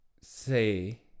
say